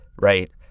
right